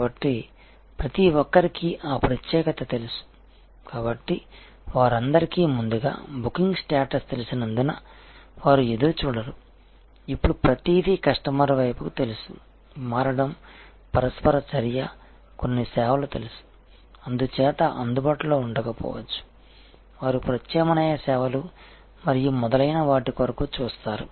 కాబట్టి ప్రతిఒక్కరికీ ఆ ప్రత్యేకత తెలుసు కాబట్టి వారందరికీ ముందుగా బుకింగ్ స్టేటస్ తెలిసినందున వారు ఎదురుచూడరు ఇప్పుడు ప్రతిదీ కస్టమర్పైకి తెలుసు మారడం పరస్పర చర్య కొన్ని సేవలు తెలుసు అందుచేత అందుబాటులో ఉండకపోవచ్చు వారు ప్రత్యామ్నాయ సేవలు మరియు మొదలైన వాటి కొరకు చూస్తారు